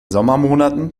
sommermonaten